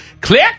Click